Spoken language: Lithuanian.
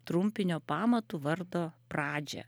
trumpinio pamatu vardo pradžią